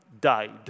died